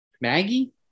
Maggie